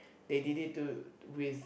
they did it to with